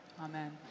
Amen